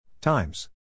Times